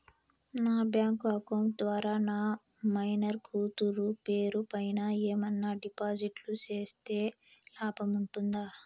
నా bank account ద్వారా నా మైనర్ కూతురు పేరు పైన ఏమన్నా డిపాజిట్లు సేస్తే లాభం ఉంటుందా?